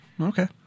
Okay